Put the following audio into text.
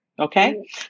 Okay